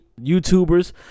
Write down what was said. YouTubers